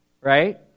right